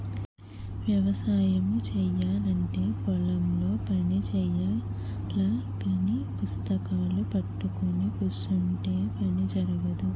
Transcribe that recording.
వ్యవసాయము చేయాలంటే పొలం లో పని చెయ్యాలగాని పుస్తకాలూ పట్టుకొని కుసుంటే పని జరగదు